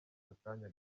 akanya